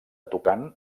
tocant